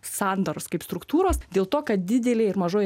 sandaros kaip struktūros dėl to kad didelėj ir mažoj